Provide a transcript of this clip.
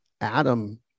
adam